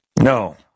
No